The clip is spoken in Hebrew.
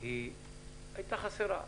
הייתה חסרה.